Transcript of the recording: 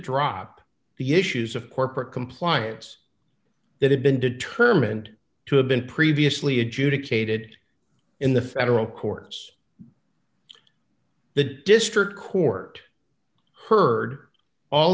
drop the issues of corporate compliance that had been determined to have been previously adjudicated in the federal courts the district court heard all